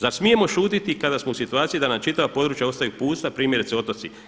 Zar smijemo šutiti kada smo u situaciju da nam čitava područja ostaju pusta primjerice otoci?